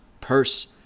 purse